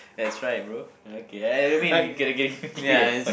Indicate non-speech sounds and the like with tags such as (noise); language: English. that's right bro okay I I mean you gotta gotta (laughs) give me that point